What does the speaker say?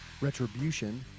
Retribution